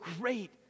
great